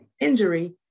injury